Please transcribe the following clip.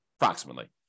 approximately